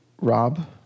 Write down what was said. Rob